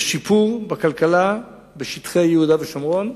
שיפור בכלכלה בשטחי יהודה ושומרון.